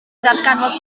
ddarganfod